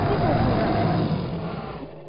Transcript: के बोक्नु र